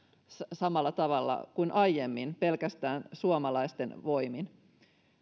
samalla tavalla kuin aiemmin pelkästään suomalaisten voimin